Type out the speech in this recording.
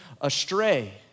astray